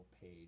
page